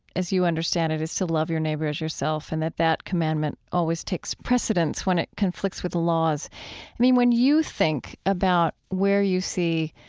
as you understand it, is to love your neighbor as yourself and that that commandment always takes precedence when it conflicts with the laws. i mean, when you think about where you see